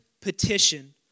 petition